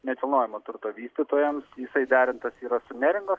nekilnojamo turto vystytojams jisai derintas yra su neringos